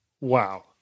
wow